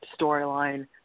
storyline